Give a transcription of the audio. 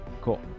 Cool